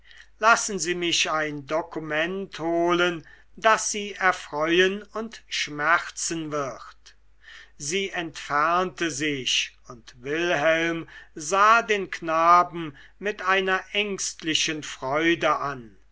lassen sie mich ein dokument holen das sie erfreuen und schmerzen wird sie entfernte sich und wilhelm sah den knaben mit einer ängstlichen freude an